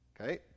Okay